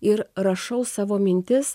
ir rašau savo mintis